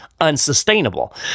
unsustainable